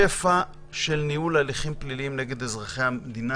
שפע של ניהול הליכים פליליים נגד אזרחי המדינה.